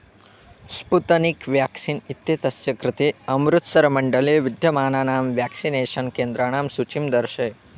Sputnik vaccine इत्येतस्य कृते अमृत्सर् मण्डळे विद्यमानानां व्याक्सिनेषन् केन्द्राणां सूचीं दर्शय